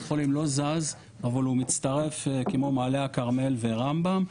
בית החולים לא זז אבל הוא מצטרף כמו מעלה הכרמל ורמב"ם.